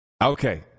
Okay